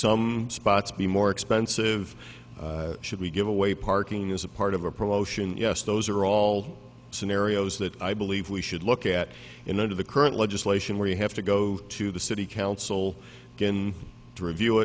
some spots be more expensive should we give away parking as a part of a promotion yes those are all scenarios that i believe we should look at and under the current legislation we have to go to the city council again to review